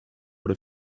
what